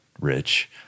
Rich